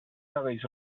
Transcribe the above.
cabells